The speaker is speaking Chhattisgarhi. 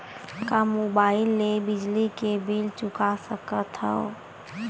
का मुबाइल ले बिजली के बिल चुका सकथव?